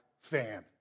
fan